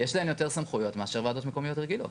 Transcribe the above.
יש להן יותר סמכויות מאשר ועדות מקומיות רגילות.